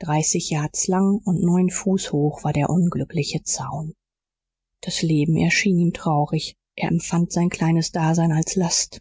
dreißig yards lang und neun fuß hoch war der unglückliche zaun das leben erschien ihm traurig er empfand sein kleines dasein als last